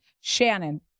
Shannon